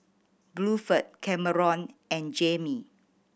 Bluford Kameron and Jayme